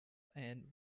and